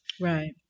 Right